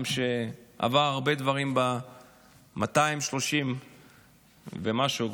עם שעבר הרבה דברים ב-230 ומשהו,